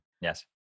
Yes